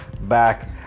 back